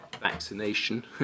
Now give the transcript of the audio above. vaccination